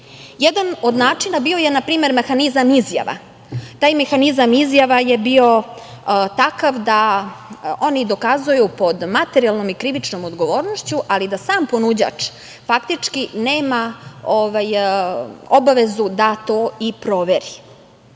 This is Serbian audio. od načina bio je, na primer mehanizam izjava, taj mehanizam izjava je bio takav da oni dokazuju pod materijalnom i krivičnom odgovornošću, ali da sam ponuđač, faktički nema obavezu da to i proveri. Posebno